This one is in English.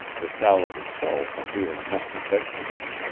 the salad itself a mere mess of vegetables.